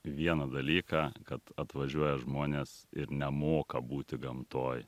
vieną dalyką kad atvažiuoja žmonės ir nemoka būti gamtoj